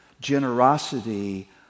generosity